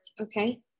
okay